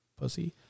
pussy